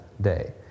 day